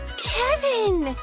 kevin!